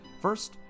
First